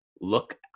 look